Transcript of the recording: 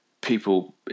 people